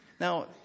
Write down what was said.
Now